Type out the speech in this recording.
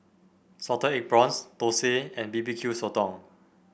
Salted Egg Prawns Thosai and B B Q Sotong